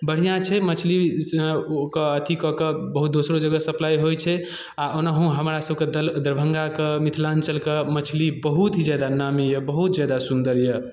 बढ़िआँ छै मछली ओकर अथी कऽ कऽ बहुत दोसरो जगह सप्लाइ होइ छै आ ओहिनाओ हमरासभके दरभंगाके मिथिलाञ्चलके मछली बहुत ज्यादा नामी यए बहुत ज्यादा सुन्दर यए